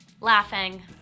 Laughing